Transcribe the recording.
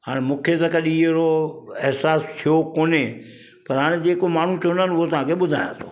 हाणे मूंखे त कॾहिं अहिड़ो अहसासु थियो कोन्हे पर हाणे जेको माण्हू चवंदा आहिनि उहा तव्हांखे ॿुधायां थो